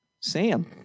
Sam